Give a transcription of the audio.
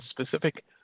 specific